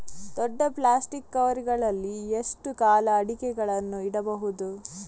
ದೊಡ್ಡ plastic cover ಗಳಲ್ಲಿ ಎಷ್ಟು ಕಾಲ ಅಡಿಕೆಗಳನ್ನು ಇಡಬಹುದು?